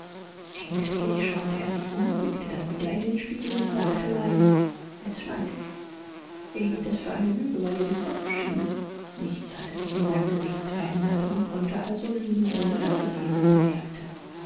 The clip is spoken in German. ängstlich schaute er sich um blickte dann wieder in den spiegel und sagte leis es schneit er hielt das für eine lüge weil ja die sonne schien nichts hatte sich in seinem gesicht verändert man konnte also lügen ohne daß es jemand bemerkte